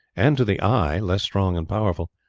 and to the eye less strong and powerful,